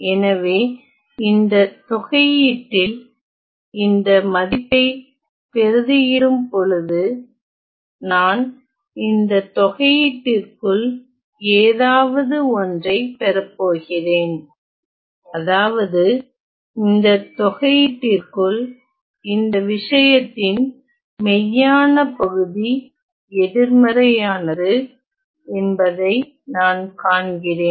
எனவே இந்த தொகையீட்டில் இந்த மதிப்பை பிரதி இடும்பொழுது நான் இந்த தொகையீட்டிற்குள் ஏதாவது ஒன்றைப் பெறப் போகிறேன் அதாவது இந்த தொகையீட்டிற்குள் இந்த விஷயத்தின் மெய்யான பகுதி எதிர்மறையானது என்பதை நான் காண்கிறேன்